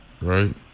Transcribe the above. right